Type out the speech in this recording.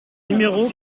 numéro